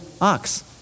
ox